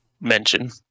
mention